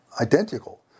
identical